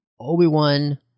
Obi-Wan